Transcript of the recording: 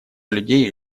людей